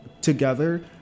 together